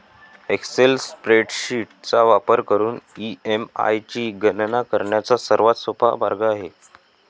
Excel spreadsheet चा वापर करून ई.एम.आय ची गणना करण्याचा सर्वात सोपा मार्ग आहे